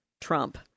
Trump